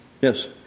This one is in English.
Yes